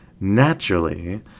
Naturally